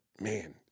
man